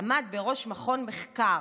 עמד בראש מכון מחקר,